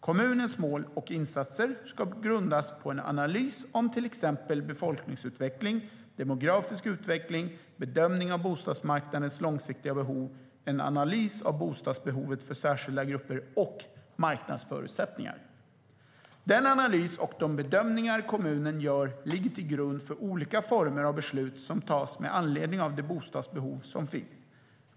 Kommunens mål och insatser ska grundas på en analys om till exempel befolkningsutveckling, demografisk utveckling, bedömning av bostadsmarknadens långsiktiga behov, en analys av bostadsbehovet för särskilda grupper och marknadsförutsättningar. Den analys och de bedömningar kommunen gör ligger till grund för olika former av beslut som fattas med anledning av de bostadsbehov som finns.